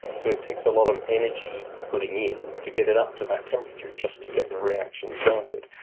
so it takes a lot of energy putting in to get it up to that temperature just to get the reaction started.